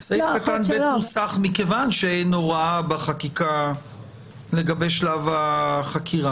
סעיף קטן (ב) נוסח מכיוון שאין הוראה בחקיקה לגבי שלב החקירה.